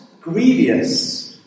grievous